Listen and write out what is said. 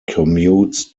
commutes